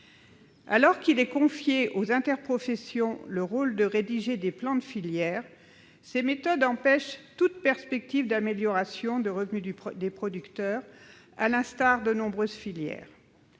Alors qu'est confié aux interprofessions le rôle de rédiger des plans de filière, ces méthodes empêchent toute perspective d'amélioration du revenu des producteurs, à l'instar de nombreuses filières.